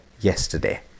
yesterday